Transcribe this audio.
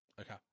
Okay